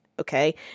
Okay